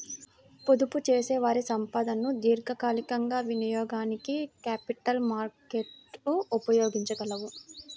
పొదుపుచేసేవారి సంపదను దీర్ఘకాలికంగా వినియోగానికి క్యాపిటల్ మార్కెట్లు ఉపయోగించగలవు